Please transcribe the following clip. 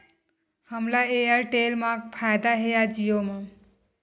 हमला एयरटेल मा फ़ायदा हे या जिओ मा?